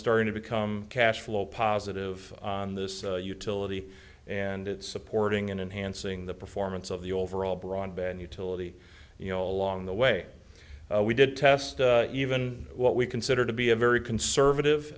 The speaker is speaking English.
starting to become cash flow positive on this utility and it's supporting and enhanced seeing the performance of the overall broadband utility you know along the way we did test even what we consider to be a very conservative